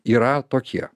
yra tokie